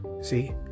See